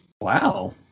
Wow